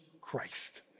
Christ